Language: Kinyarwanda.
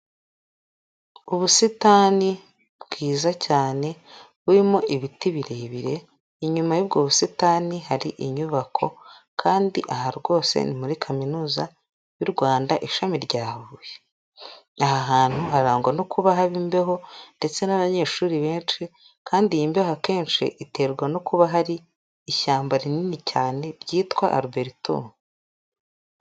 Ubusitani bwiza cyane burimo ibiti birebire, inyuma yubwo busitani hari inyubako kandi aha rwose ni muri kaminuza y'u Rwanda ishami rya Huye, aha hantu harangwa no kuba haba imbeho ndetse n'banyeshuri benshi, kandi iyi mbeho akenshi iterwa no kuba hari ishyamba rinini cyane ryitwa aruberito.